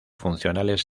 funcionales